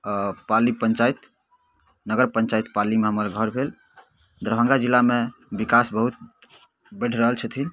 अऽ पाली पञ्चाइत नगर पञ्चाइत पालीमे हमर घर भेल दरभङ्गा जिलामे विकास बहुत बढ़ि रहल छथिन